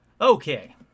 Okay